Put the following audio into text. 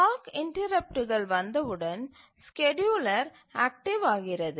clock இன்டரப்ட்டுகள் வந்தவுடன் scheduler active ஆகிறது